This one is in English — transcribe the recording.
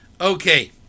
Okay